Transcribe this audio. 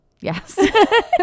Yes